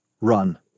Run